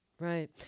right